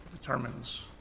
determines